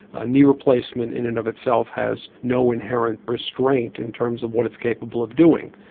a knee replacement in and of itself has no inherent restraint in terms of what it's capable of doing.